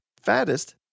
fattest